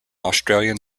australian